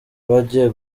bagiye